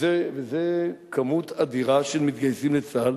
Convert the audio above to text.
וזה כמות אדירה של מתגייסים לצה"ל.